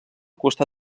costa